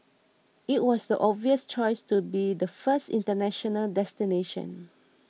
it was the obvious choice to be the first international destination